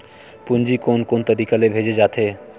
पूंजी कोन कोन तरीका ले भेजे जाथे?